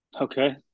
Okay